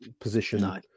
position